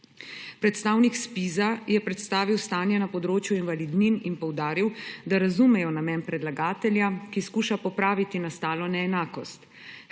Predstavnik ZPIZ je predstavil stanje na področju invalidnin in poudaril, da razumejo namen predlagatelja, ki skuša popraviti nastalo neenakost.